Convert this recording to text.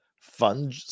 fun